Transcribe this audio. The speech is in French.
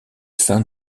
sein